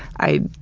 i.